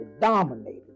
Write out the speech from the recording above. dominated